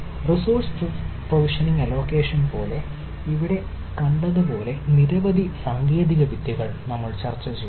resource provisioning allocation പോലെ ഇവിടെ കണ്ടതുപോലുള്ള നിരവധി സാങ്കേതിക വിദ്യകൾ ചിലത് നമ്മൾ ചർച്ചചെയ്തു